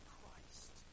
Christ